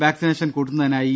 vaccination കൂട്ടുന്നതിനായി E